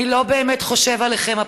אני לא באמת חושב עליכם,